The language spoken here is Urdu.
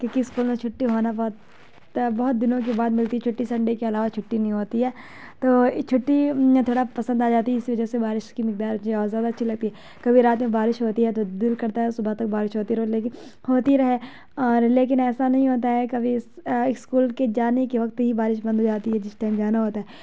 کیونکہ اسکول میں چھٹی ہونا بہت بہت دنوں کے بعد ملتی ہے چھٹی سنڈے کے علاوہ چھٹی نہیں ہوتی ہے تو چھٹی میں تھوڑا پسند آ جاتی ہے اسی وجہ سے بارش کی مقدار جو اور زیادہ اچھی لگتی کیونکہ رات میں بارش ہوتی ہے تو دل کرتا ہے صبح تک بارش ہوتی رہے لیکن ہوتی رہے اور لیکن ایسا نہیں ہوتا ہے کبھی اسکول کے جانے کے وقت ہی بارش بند ہو جاتی ہے جس ٹائم جانا ہوتا ہے